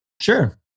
Sure